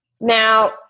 Now